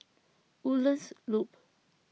Woodlands Loop